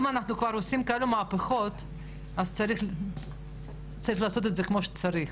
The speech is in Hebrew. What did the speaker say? אם אנחנו כבר עושים כאלה מהפכות אז צריך לעשות את זה כמו שצריך.